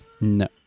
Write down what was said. No